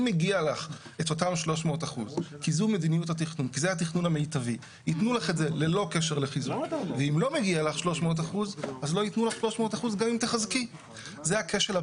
הרי אם יהיה לך בנק מרכזי כזה אז יהיו מענים כדי גם לחזק מבנים